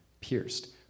pierced